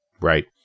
Right